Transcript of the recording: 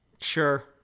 Sure